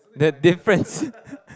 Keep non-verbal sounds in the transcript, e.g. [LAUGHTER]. the difference [LAUGHS]